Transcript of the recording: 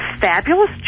fabulous